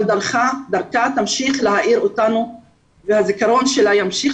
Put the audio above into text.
אבל דרכה תמשיך להאיר אותנו והזיכרון שלה ימשיך